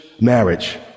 Marriage